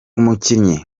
umukinnyi